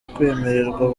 kwemererwa